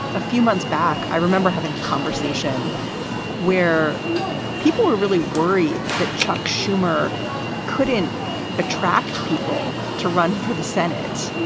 a few months back, i remember having a conversation where people were really worried that chuck schumer couldn't attract people to run for the senate.